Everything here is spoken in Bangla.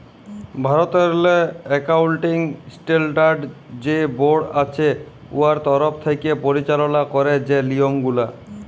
ভারতেরলে একাউলটিং স্টেলডার্ড যে বোড় আছে উয়ার তরফ থ্যাকে পরিচাললা ক্যারে যে লিয়মগুলা